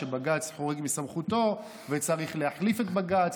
שבג"ץ חורג מסמכותו וצריך להחליף את בג"ץ,